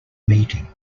meeting